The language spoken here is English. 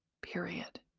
Period